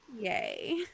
Yay